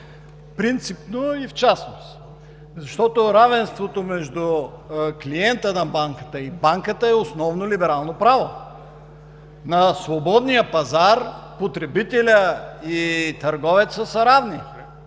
Принципно и в частност равенството между клиента на банката и банката е основно либерално право. На свободния пазар потребителят и търговецът са равни.